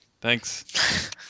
Thanks